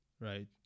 right